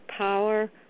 power